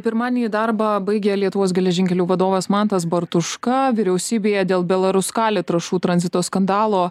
pirma darbą baigė lietuvos geležinkelių vadovas mantas bartuška vyriausybėje dėl belaruskali trąšų tranzito skandalo